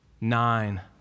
nine